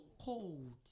cold